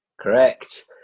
Correct